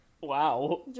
Wow